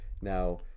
now